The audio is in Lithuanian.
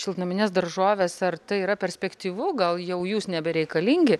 šiltnamines daržoves ar tai yra perspektyvu gal jau jūs nebereikalingi